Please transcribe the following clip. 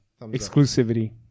Exclusivity